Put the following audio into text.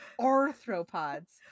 arthropods